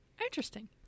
Interesting